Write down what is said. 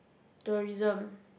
tourism